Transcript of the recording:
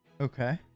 okay